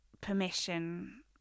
permission